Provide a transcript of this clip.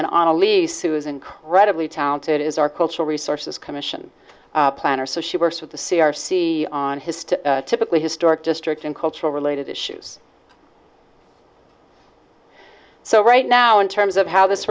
then on a lease who is incredibly talented is our cultural resources commission planner so she works with the c r c on his to typically historic district and cultural related issues so right now in terms of how this